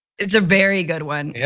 it's a very good one. yeah